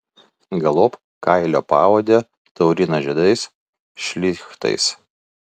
galop kailio paodę taurino žiedais šlichtais